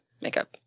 makeup